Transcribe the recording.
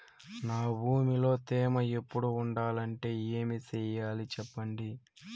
నా భూమిలో తేమ ఎప్పుడు ఉండాలంటే ఏమి సెయ్యాలి చెప్పండి?